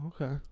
okay